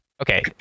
okay